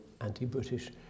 anti-British